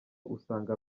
usanga